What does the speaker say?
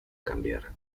cambiar